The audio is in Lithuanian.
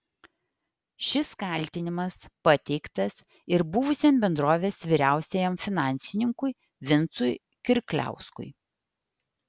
šis kaltinimas pateiktas ir buvusiam bendrovės vyriausiajam finansininkui vincui kirkliauskui